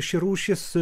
ši rūšis